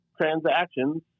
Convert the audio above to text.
transactions